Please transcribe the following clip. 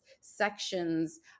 sections